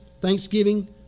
thanksgiving